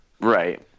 Right